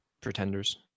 Pretenders